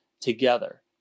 together